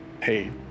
paid